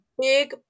big